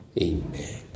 Amen